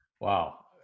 Wow